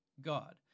God